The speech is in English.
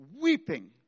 weeping